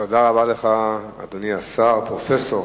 תודה רבה לך, אדוני השר, פרופסור